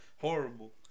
Horrible